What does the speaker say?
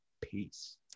Peace